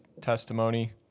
testimony